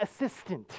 assistant